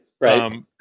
right